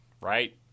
right